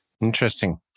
Interesting